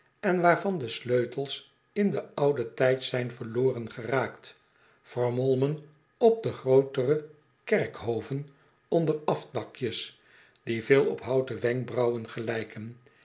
en waarvan de sleutels in den ouden tijd zijn verloren geraakt vermolmen op de grootere kerkhoven onder afdakjes die veel op houten wenkbrauwen gelijken